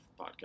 podcast